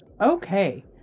okay